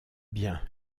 bien